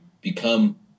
become